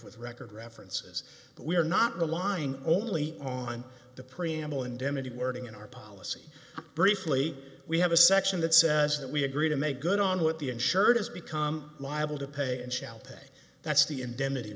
with record references but we are not relying only on the preamble indemnity wording in our policy briefly we have a section that says that we agree to make good on what the insured has become liable to pay and shall pay that's the